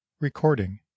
recording